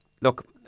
look